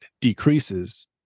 decreases